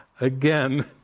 again